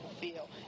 feel